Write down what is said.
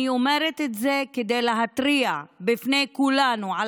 אני אומרת את זה כדי להתריע בפני כולנו על